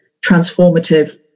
transformative